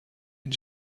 این